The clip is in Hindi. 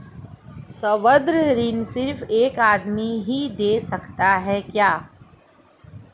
संबंद्ध ऋण सिर्फ एक आदमी ही दे सकता है क्या?